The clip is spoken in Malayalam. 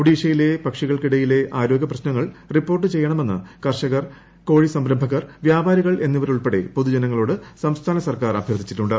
ഒഡീഷയിലെ പക്ഷികൾക്കിടയിയില്ലെ റിപ്പോർട്ട് ചെയ്യണമെന്ന് കർഷകർ കോഴിസംരംഭകർ വ്യാപാരികൾ എന്നിവരുൾപ്പെടെ പൊതുജനങ്ങളോട് സംസ്ഥാന സർക്കാർ അഭ്യർത്ഥിച്ചിട്ടുണ്ട്